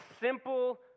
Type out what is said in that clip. simple